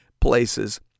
places